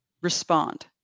Respond